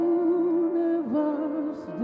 universe